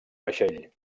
vaixell